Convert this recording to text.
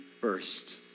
first